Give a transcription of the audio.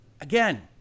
Again